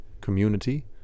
community